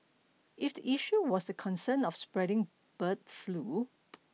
if the issue was concern of spreading bird flu